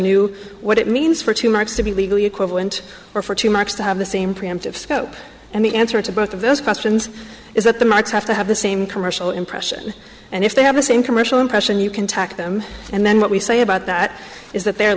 knew what it means for two marks to be legally equivalent or for two marks to have the same preemptive scope and the answer to both of those questions is that the marks have to have the same commercial impression and if they have the same commercial impression you can tack them and then what we say about that is that they're